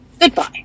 Goodbye